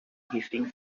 hissing